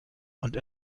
und